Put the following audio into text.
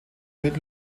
mit